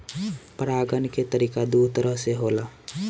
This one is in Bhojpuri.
परागण के तरिका दू तरह से होला